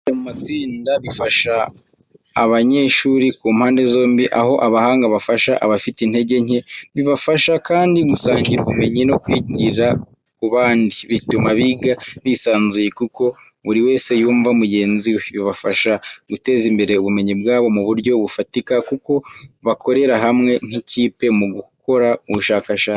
Kwigira mu matsinda bifasha abanyeshuri ku mpande zombi aho abahanga bafasha abafite intege nke, bibafasha kandi gusangira ubumenyi no kwigira ku bandi. Bituma biga bisanzuye kuko buri wese yumva mugenzi we. Bibafasha guteza imbere ubumenyi bwabo mu buryo bufatika kuko bakorera hamwe nk’ikipe mu gukora ubushakashatsi.